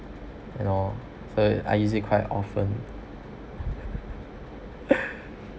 so I use it quite often